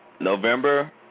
November